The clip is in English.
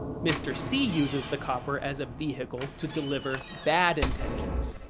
mr. c uses the copper as a vehicle to deliver bad intentions.